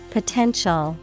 Potential